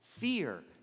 Fear